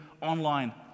online